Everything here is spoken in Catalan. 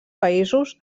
països